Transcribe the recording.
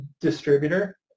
distributor